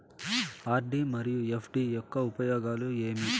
RD మరియు F D యొక్క ఉపయోగాలు ఏమి?